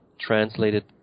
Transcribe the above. translated